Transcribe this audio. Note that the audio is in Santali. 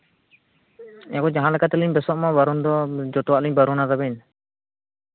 ᱮᱭ ᱵᱟᱨ ᱡᱟᱦᱟᱸ ᱞᱮᱠᱟ ᱛᱮᱞᱤᱧ ᱵᱮᱥᱚᱜ ᱢᱟ ᱵᱟᱨᱚᱱ ᱫᱚ ᱡᱚᱛᱚᱣᱟᱜ ᱞᱤᱧ ᱵᱟᱨᱚᱱᱟ ᱛᱟᱹᱵᱤᱱ